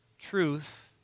truth